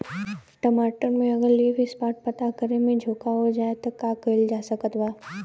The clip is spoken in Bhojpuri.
टमाटर में अगर लीफ स्पॉट पता में झोंका हो जाएँ त का कइल जा सकत बा?